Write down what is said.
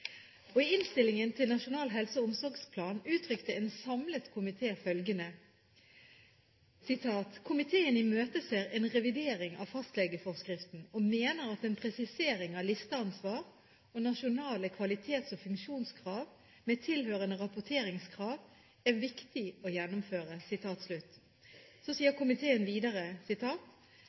I innstillingen til Nasjonal helse- og omsorgsplan uttrykte en samlet komité følgende: «Komiteen imøteser en revidering av fastlegeforskriften, og mener at en presisering av listeansvar og nasjonale kvalitets- og funksjonskrav med tilhørende rapporteringskrav er viktig å gjennomføre.»